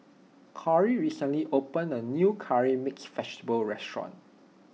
Corey recently opened a new Curry Mixed Vegetable restaurant